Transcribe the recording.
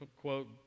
quote